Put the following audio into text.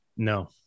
No